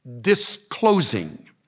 disclosing